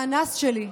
והאנס שלי,